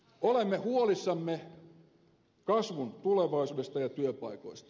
olemme huolissamme kasvun tulevaisuudesta ja työpaikoista